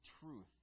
truth